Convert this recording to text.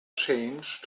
chance